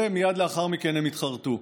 ומייד לאחר מכן הם התחרטו.